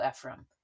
Ephraim